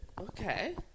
Okay